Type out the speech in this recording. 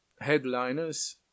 headliners